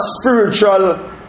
spiritual